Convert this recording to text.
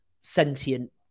sentient